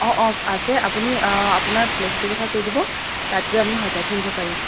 অ অ আছে আপুনি আপোনাৰ প্লেচটোৰ কথা কৈ দিব তাত গৈ আমি সজাই থৈ আহিব পাৰিম